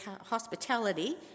hospitality